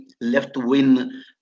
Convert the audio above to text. left-wing